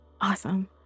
Awesome